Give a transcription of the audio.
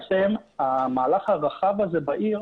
המהלך הרחב הזה בעיר